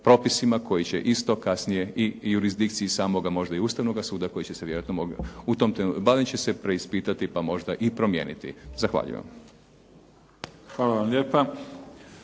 propisima koji će isto kasnije i jurizdikciji samoga možda i ustavnoga suda koji će se vjerojatno u tom trenutku, barem će se preispitati pa možda i promijeniti. Zahvaljujem vam. **Mimica,